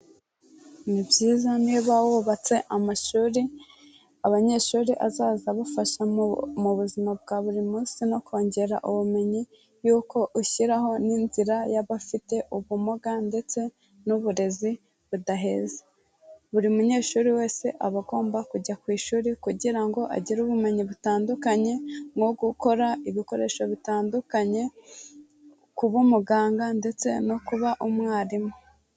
Ni byiza niba wubatse amashuri abanyeshuri azaza abafasha mu buzima bwa buri munsi no kongera ubumenyi y'uko ushyiraho n'inzira y'abafite ubumuga ndetse n'uburezi budaheza. Buri munyeshuri wese aba agomba kujya ku ishuri kugira ngo agire ubumenyi butandukanye nko gukora ibikoresho bitandukanye, kuba umuganga ndetse no kuba umwarimu.